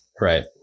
Right